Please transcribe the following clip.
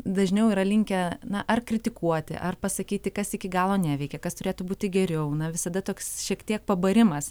dažniau yra linkę na ar kritikuoti ar pasakyti kas iki galo neveikia kas turėtų būti geriau na visada toks šiek tiek pabarimas